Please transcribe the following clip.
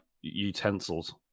utensils